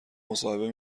مصاحبه